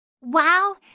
Wow